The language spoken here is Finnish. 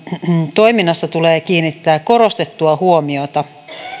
toiminnassa tulee kiinnittää korostettua huomiota